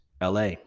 la